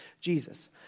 Jesus